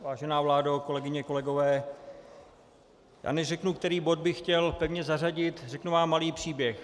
Vážená vládo, kolegyně, kolegové, než řeknu, který bod bych chtěl pevně zařadit, řeknu vám malý příběh.